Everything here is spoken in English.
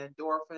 endorphins